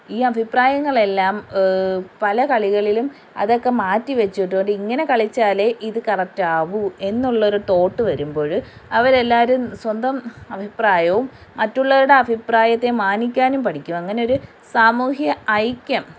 ഈ അഭിപ്രായങ്ങളെല്ലാം പല കളികളിലും അതൊക്കെ മാറ്റി വച്ചിട്ട് ഒരു ഇങ്ങനെ കളിച്ചാൽ ഇത് കറക്റ്റാവൂ എന്നുള്ളൊരു തോട്ട് വരുമ്പോൾ അവരെല്ലാവരും സ്വന്തം അഭിപ്രായവും മറ്റുള്ളവരുടെ അഭിപ്രായത്തെ മാനിക്കാനും പഠിക്കും അങ്ങനെ ഒരു സാമൂഹിക ഐക്യം